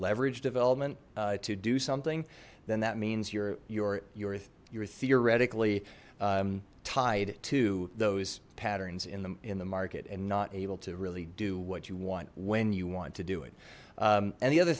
leverage development to do something then that means your your your your theoretically tied to those patterns in the in the market and not able to really do what you want when you want to do it and the other